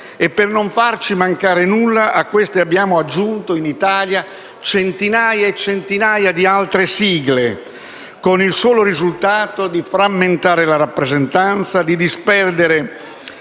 E, per non farci mancare nulla, a queste abbiamo aggiunto, in Italia, centinaia e centinaia di altre sigle con il solo risultato di frammentare la rappresentanza, di disperdere